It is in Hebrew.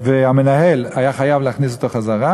המנהל היה חייב להכניס אותו בחזרה,